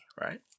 right